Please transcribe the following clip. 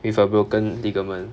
with a broken ligament